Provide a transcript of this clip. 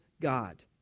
God